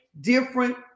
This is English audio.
different